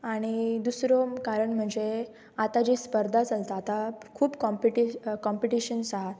आनी दुसरो कारण म्हणजे आतां जी स्पर्धा चलता आतां खूब कॉम्पिटी कॉम्पिटिशन्स आहात